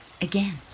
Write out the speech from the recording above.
Again